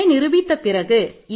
n